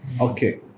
okay